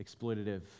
exploitative